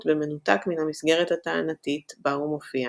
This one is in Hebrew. במנותק מן המסגרת הטענתית בה הוא מופיע,